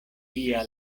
via